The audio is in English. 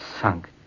sunk